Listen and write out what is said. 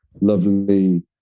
lovely